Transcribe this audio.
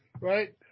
right